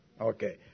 Okay